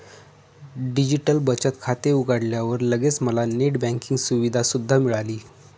digital बचत खाते उघडल्यावर लगेच मला नेट बँकिंग सुविधा सुद्धा मिळाली